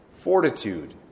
fortitude